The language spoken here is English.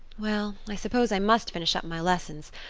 well, i suppose i must finish up my lessons.